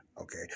Okay